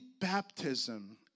baptism